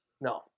No